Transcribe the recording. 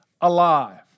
alive